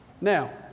Now